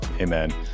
Amen